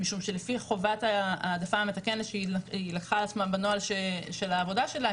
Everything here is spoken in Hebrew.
משום שלפי חובת ההעדפה המתקנת שהיא לקחה על עצמה בנוהל העבודה שלה,